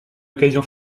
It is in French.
occasion